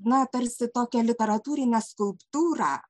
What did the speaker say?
na tarsi tokią literatūrinę skulptūrą